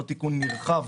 לא תיקון נרחב,